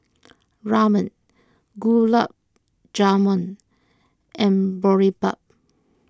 Ramen Gulab Jamun and Boribap